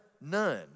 None